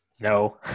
No